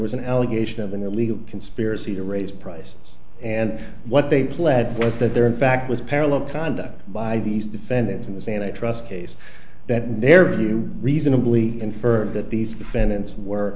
was an allegation of an illegal conspiracy to raise prices and what they pled was that they're in fact was parallel conduct by these defendants in this and i trust case that their view reasonably infer that these